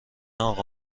اقا